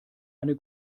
eine